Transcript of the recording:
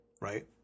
right